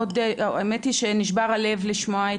האמת היא שנשבר הלב לשמוע,